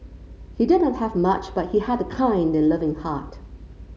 he did not have much but he had a kind and loving heart